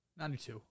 92